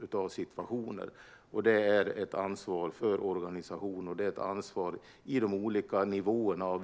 sådana situationer. Detta är ett ansvar för organisationen och på de olika ledningsnivåerna.